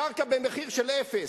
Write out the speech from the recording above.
הקרקע במחיר של אפס,